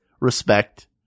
respect